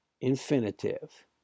infinitive